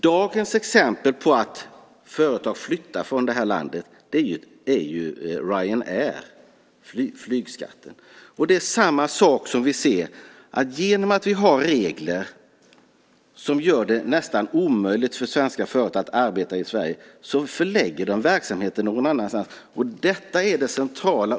Dagens exempel på att företag flyttar från landet är Ryanair och flygskatten. Det är samma sak vi ser. Genom att vi har regler som gör det nästan omöjligt för svenska företag att arbeta i Sverige förlägger de verksamheten någon annanstans. Detta är det centrala.